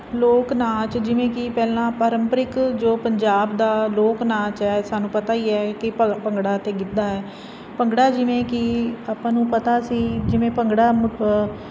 ਲੋਕ ਨਾਚ ਜਿਵੇਂ ਕਿ ਪਹਿਲਾਂ ਆਪਾਂ ਪਰਮਪਰਿਕ ਜੋ ਪੰਜਾਬ ਦਾ ਲੋਕ ਨਾਚ ਹ ਸਾਨੂੰ ਪਤਾ ਹੀ ਹੈ ਕਿ ਭਗਤ ਭੰਗੜਾ ਤੇ ਗਿੱਧਾ ਹੈ ਭੰਗੜਾ ਜਿਵੇਂ ਕਿ ਆਪਾਂ ਨੂੰ ਪਤਾ ਸੀ ਜਿਵੇਂ ਭੰਗੜਾ